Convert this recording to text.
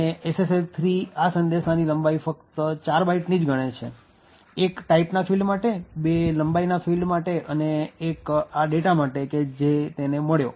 અને SSL 3 આ સંદેશાની લંબાઈ ફક્ત ૪ બાઈટની ગણે છે ૧ ટાઈપના ફિલ્ડ માટે ૨ લંબાઈના ફિલ્ડ માટે અને ૧ આ ડેટા માટે કે જે તેને મળ્યો